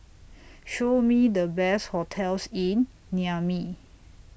Show Me The Best hotels in Niamey